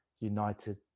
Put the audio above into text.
united